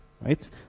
right